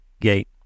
gate